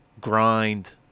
grind